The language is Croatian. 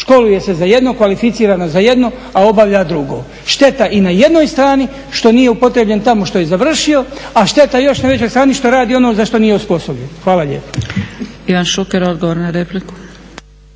školuju se za jedno, kvalificira za jedno, a obavlja drugo. Šteta i na jednoj strani što nije upotrijebljen tamo što je završio, a šteta još veća što radi ono za što nije osposobljen. Hvala lijepa.